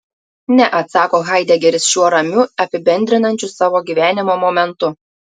ne atsako haidegeris šiuo ramiu apibendrinančiu savo gyvenimo momentu